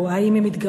האם הן יתפללו,